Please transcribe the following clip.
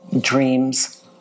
dreams